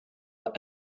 were